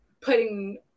putting